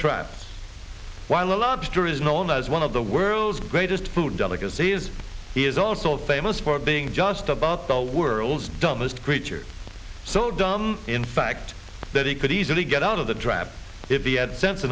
a lobster is known as one of the world's greatest food delicacies he is also famous for being just about the world's dumbest creature so dumb in fact that he could easily get out of the trap if he had sen